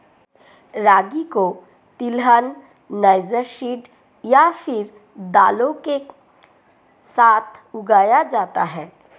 रागी को तिलहन, niger seed या फिर दालों के साथ उगाया जाता है